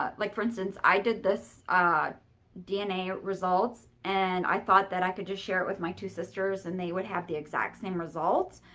ah like for instance, i did this dna results and i thought that i could just share it with my two sisters and they would have the exact same results,